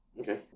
Okay